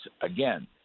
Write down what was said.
again